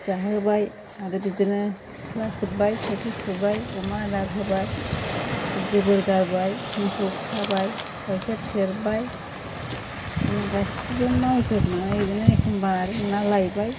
जाहोबाय आरो बिदिनो सिथ्ला सिबबाय थोरसि सुबाय अमा आदार होबाय गोबोर गारबाय मोसौ खाबाय गाइखेर सेरबाय बिदिनो गासैबो मावजोबनानै बिदनो एखमब्ला ना लायबाय